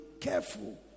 careful